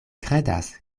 kredas